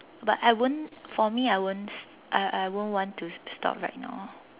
but I won't for me I won't I I won't want to stop right now